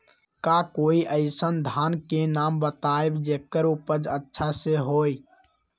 का कोई अइसन धान के नाम बताएब जेकर उपज अच्छा से होय?